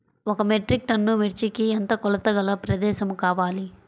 ఒక metric ton మిర్చికి ఎంత కొలతగల ప్రదేశము కావాలీ?